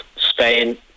Spain